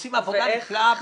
ועושים עבודה נפלאה ביחד.